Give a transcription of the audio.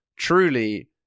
truly